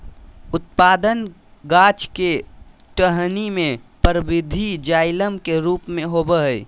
उत्पादन गाछ के टहनी में परवर्धी जाइलम के रूप में होबय हइ